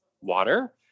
water